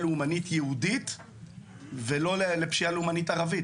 לאומנית יהודית ולא לפשיעה לאומנית ערבית?